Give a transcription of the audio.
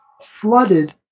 flooded